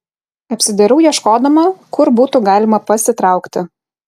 apsidairau ieškodama kur būtų galima pasitraukti